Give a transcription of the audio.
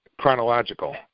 chronological